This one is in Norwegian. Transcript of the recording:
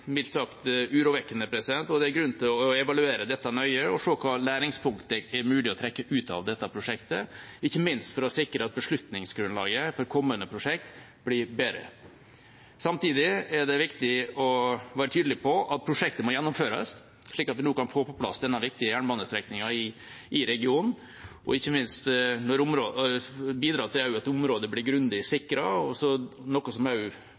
mildt sagt urovekkende, og det er grunn til å evaluere dette nøye og se hvilke læringspunkt det er mulig å trekke ut av dette prosjektet, ikke minst for å sikre at beslutningsgrunnlaget for kommende prosjekt blir bedre. Samtidig er det viktig å være tydelig på at prosjektet må gjennomføres, slik at vi nå kan få på plass denne viktige jernbanestrekningen i regionen og ikke minst bidra til at området blir grundig sikret, noe som